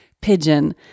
pigeon